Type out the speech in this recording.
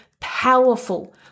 powerful